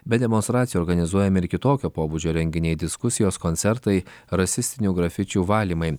be demonstracijų organizuojami ir kitokio pobūdžio renginiai diskusijos koncertai rasistinių grafičių valymai